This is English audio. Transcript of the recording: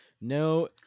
no